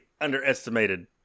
underestimated